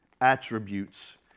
attributes